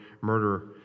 murder